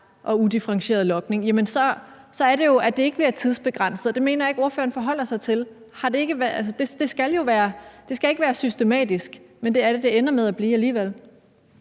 og udifferentieret logning, så er det jo, at det ikke bliver tidsbegrænset, og det mener jeg ikke ordføreren forholder sig til. Altså, det skal ikke være systematisk, men det er det, det ender med at blive alligevel.